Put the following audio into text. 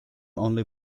only